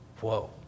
Whoa